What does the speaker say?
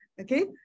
okay